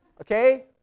okay